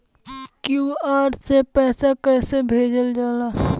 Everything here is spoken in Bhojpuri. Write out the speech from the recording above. क्यू.आर से पैसा कैसे भेजल जाला?